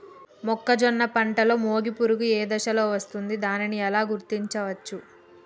మొక్కజొన్న పంటలో మొగి పురుగు ఏ దశలో వస్తుంది? దానిని ఎలా గుర్తించవచ్చు?